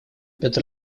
петр